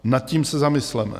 Nad tím se zamysleme.